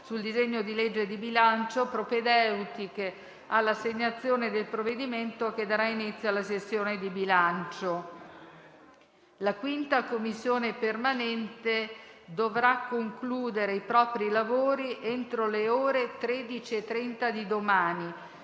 sul disegno di legge di bilancio, propedeutiche all'assegnazione del provvedimento che darà inizio alla sessione di bilancio. La 5a Commissione permanente dovrà concludere i propri lavori entro le ore 13,30 di domani.